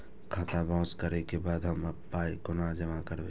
खाता बाउंस करै के बाद हम पाय कोना जमा करबै?